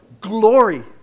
glory